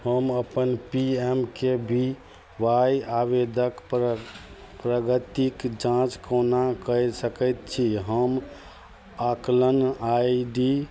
हम अपन P M K V Y आवेदनके प्र प्रगतिके जाँच कोना कै सकै छी हम आकलन आइ डी